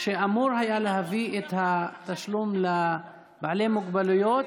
שאמור היה להביא את התשלום לבעלי מוגבלויות